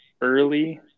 early –